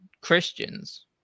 Christians